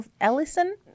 Ellison